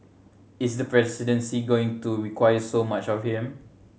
is the presidency going to require so much of him